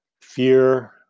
fear